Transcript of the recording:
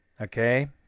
Okay